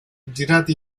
girati